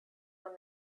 when